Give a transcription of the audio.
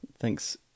thanks